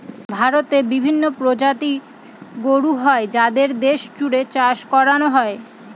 ভারতে বিভিন্ন প্রজাতির গরু হয় যাদের দেশ জুড়ে চাষ করানো হয়